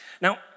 Now